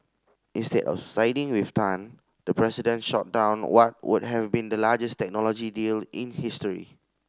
instead of siding with Tan the president shot down what would have been the largest technology deal in history